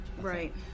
Right